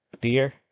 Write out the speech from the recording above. Dear